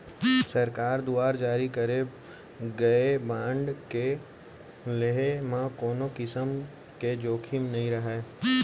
सरकार दुवारा जारी करे गए बांड के लेहे म कोनों किसम के जोखिम नइ रहय